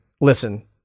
Listen